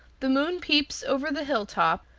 the moon peeps over the hilltop,